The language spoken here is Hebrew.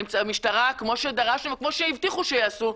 המשטרה, כמו שדרשנו, וכמו שהבטיחו שיעשו.